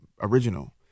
original